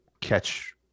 catch